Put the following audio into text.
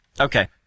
okay